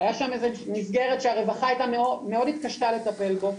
והיתה שם איזו מסגרת שהרווחה מאוד התקשתה לטפל בו.